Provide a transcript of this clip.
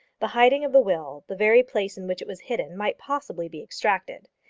the hiding of the will, the very place in which it was hidden, might possibly be extracted.